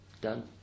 Done